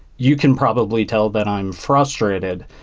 you can probably tell that i'm frustrated.